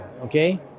okay